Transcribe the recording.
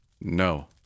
no